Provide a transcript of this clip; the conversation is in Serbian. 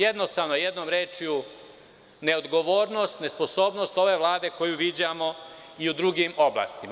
Jednostavno, jednom rečju, neodgovornost, nesposobnost ove Vlade koju viđamo i u drugim oblastima.